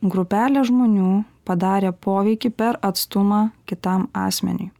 grupelė žmonių padarė poveikį per atstumą kitam asmeniui